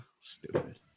Stupid